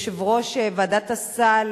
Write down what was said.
יושב-ראש ועדת הסל,